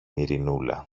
ειρηνούλα